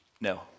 No